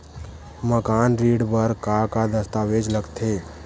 मकान ऋण बर का का दस्तावेज लगथे?